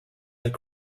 like